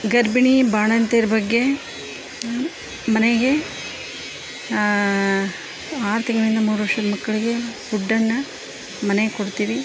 ಗರ್ಭಿಣಿ ಬಾಣಂತಿಯರ ಬಗ್ಗೆ ಮನೆಗೆ ಆರು ತಿಂಗಳಿಂದ ಮೂರು ವರ್ಷದ ಮಕ್ಕಳಿಗೆ ಫುಡ್ಡನ್ನು ಮನೆಗೆ ಕೊಡ್ತೀವಿ